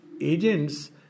agents